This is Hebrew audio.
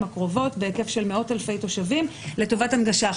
הקרובות בהיקף של מאות אלפי תושבים לטובת הנגשה.